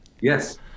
Yes